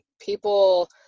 people